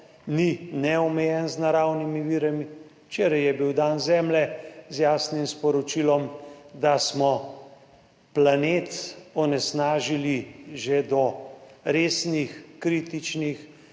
ni neomejen z naravnimi viri. Včeraj je bil dan Zemlje z jasnim sporočilom, da smo planet onesnažili že do resnih, kritičnih